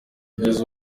kugeza